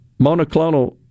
monoclonal